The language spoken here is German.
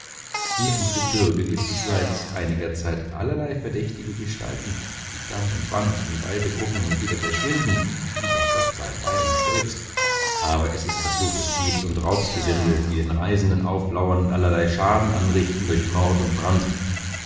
hier im gebürge gibt es seit einiger zeit allerlei verdächtige gestalten die dann und wann aus dem walde gucken und wieder verschwinden wie der gottseibeiuns selbst aber es ist verfluchtes diebs und raubgesindel die den reisenden auflauern und allerlei schaden anrichten durch mord und brand